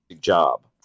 job